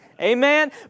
Amen